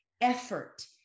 effort